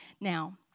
Now